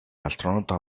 astronauta